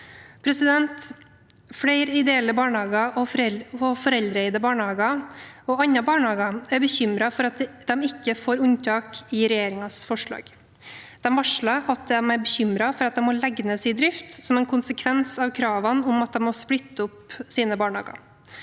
Flere ideelle barnehager, foreldreeide barnehager og andre barnehager er bekymret for at de ikke får unntak i regjeringens forslag. De varsler at de er bekymret for at de må legge ned driften som en konsekvens av kravene om at de må splitte opp sine barnehager,